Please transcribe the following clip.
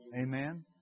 Amen